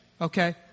Okay